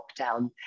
lockdown